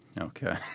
Okay